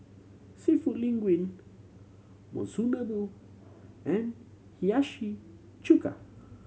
Seafood Linguine Monsunabe and Hiyashi Chuka